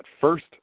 first